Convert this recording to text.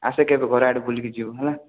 ଆସ କେବେ ଘର ଆଡ଼େ ବୁଲିକି ଯିବୁ ହେଲା